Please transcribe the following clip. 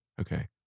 Okay